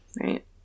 right